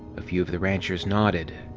a few of the ranchers nodded.